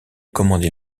commander